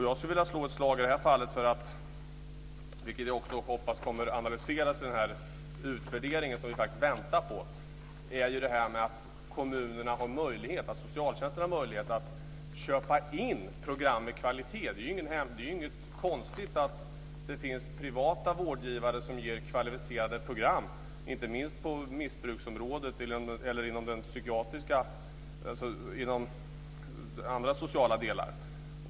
Jag skulle i det här fallet vilja slå ett slag, vilket jag hoppas kommer att analyseras i den utvärdering som vi väntar på, för att socialtjänsten ska ha möjlighet att köpa in program med kvalitet. Det är inget konstigt att det finns privata vårdgivare som ger kvalificerade program, inte minst på missbruksområdet eller inom andra sociala delar.